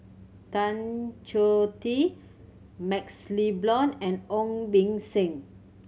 Tan Choh Tee MaxLe Blond and Ong Beng Seng